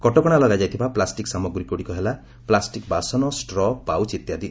କଟକଣା ଲଗାଯାଇଥିବା ପ୍ଲାଷ୍ଟିକ୍ ସାମଗ୍ରୀଗୁଡ଼ିକ ହେଲା ପ୍ଲାଷ୍ଟିକ୍ ବାସନ ଷ୍ଟ୍ର ପାଉଚ୍ ଇତ୍ୟାଦି